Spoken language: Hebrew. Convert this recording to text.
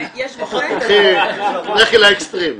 לכי לאקסטרים.